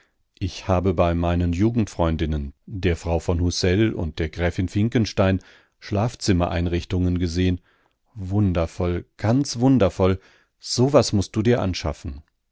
ich habe bei meinen jugendfreundinnen der frau von housselle und der gräfin finkenstein schlafzimmereinrichtungen gesehen wundervoll ganz wundervoll so was mußt du dir anschaffen